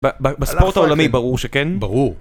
ב... ב... בספורט העולמי ברור שכן. ברור.